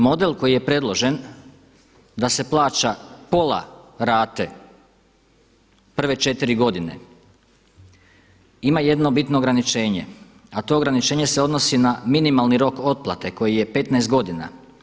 Model koji je predložen da se plaća pola rate prve četiri godine ima jedno bitno ograničenje, a to ograničenje se odnosi na minimalni rok otplate koji je 15 godina.